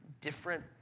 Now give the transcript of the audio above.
different